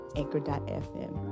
anchor.fm